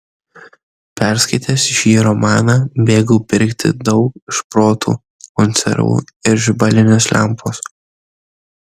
perskaitęs šį romaną bėgau pirkti daug šprotų konservų ir žibalinės lempos